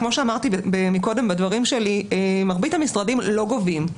כמו שאמרתי קודם, מרבית המשרדים לא גובים.